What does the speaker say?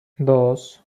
dos